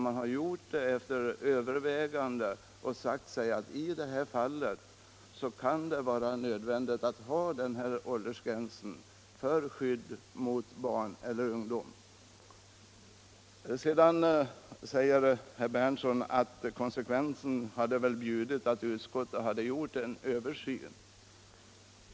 Man har gjort det efter överväganden och sagt sig att det i det speciella fallet kan vara nödvändigt med en viss åldersgräns som skydd för barn eller ungdom. Sedan säger herr Berndtson att konsekvensen väl hade bjudit att utskottet hade gjort en översyn.